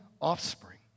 offspring